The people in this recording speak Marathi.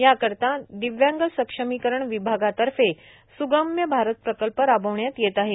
याकरिता दिव्यांग सक्षमीकरण विभागातर्फे स्गम्य भारत प्रकल्प राबविण्यात येत आहे